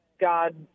God